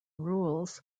rules